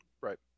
right